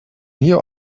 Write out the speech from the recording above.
here